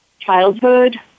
Childhood